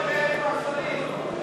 שכל העולם יראה איך מתאכזרים לילדים,